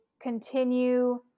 continue